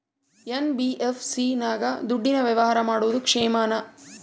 NBFC ನಾಗ ದುಡ್ಡಿನ ವ್ಯವಹಾರ ಮಾಡೋದು ಕ್ಷೇಮಾನ?